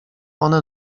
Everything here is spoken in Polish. one